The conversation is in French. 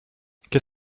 qu’est